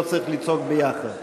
לא צריך לצעוק ביחד.